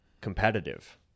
competitive